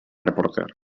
reporter